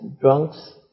drunks